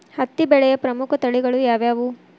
ಹತ್ತಿ ಬೆಳೆಯ ಪ್ರಮುಖ ತಳಿಗಳು ಯಾವ್ಯಾವು?